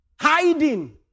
hiding